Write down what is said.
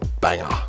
banger